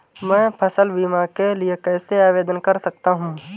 मैं फसल बीमा के लिए कैसे आवेदन कर सकता हूँ?